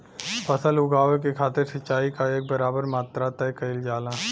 फसल उगावे के खातिर सिचाई क एक बराबर मात्रा तय कइल जाला